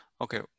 okay